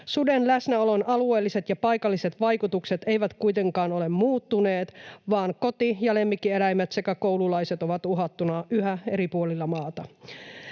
Suden läsnäolon alueelliset ja paikalliset vaikutukset eivät kuitenkaan ole muuttuneet, vaan koti- ja lemmikkieläimet sekä koululaiset ovat uhattuina yhä eri puolilla maata.